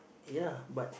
ya but